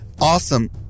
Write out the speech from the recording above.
Awesome